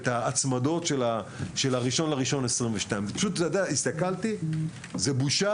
את ההצמדות של 1 בינואר 2022. זה בושה